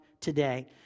today